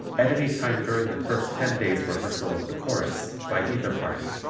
at any time during the first ten days rehearsal of the chorus, by either party,